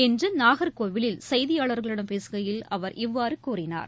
இன்றுநாகர்கோவிலில் செய்தியாளர்களிடம் பேசுகையில் அவர் இவ்வாறுகூறினார்